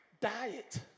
Diet